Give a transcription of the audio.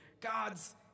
God's